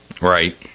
Right